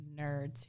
nerds